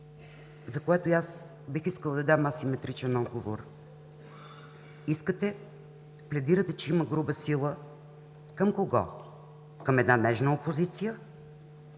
което и аз искам да дам асиметричен отговор. Пледирате, че има груба сила. Към кого? Към една нежна опозиция?